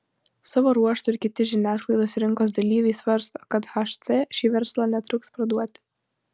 savo ruožtu ir kiti žiniasklaidos rinkos dalyviai svarsto kad hc šį verslą netruks parduoti